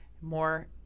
more